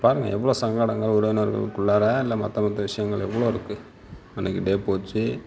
பாருங்கள் எவ்வளோ சங்கடங்கள் உறவினர்களுக்குள்ளாற இல்லை மற்ற மற்ற விஷயங்கள் எவ்வளோ இருக்கு அன்னக்கு டே போச்சு